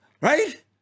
right